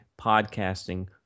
podcasting